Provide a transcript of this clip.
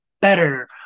better